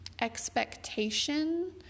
expectation